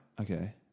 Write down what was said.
Okay